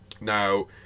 Now